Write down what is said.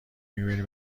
ایمیل